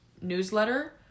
newsletter